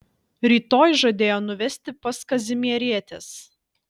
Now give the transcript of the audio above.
rytoj žadėjo nuvesti pas kazimierietes